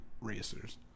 racers